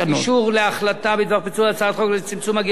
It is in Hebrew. אני מבקש אישור להחלטה בדבר פיצול הצעת חוק לצמצום הגירעון